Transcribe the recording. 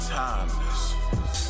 timeless